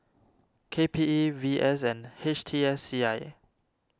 K P E V S and H T S C I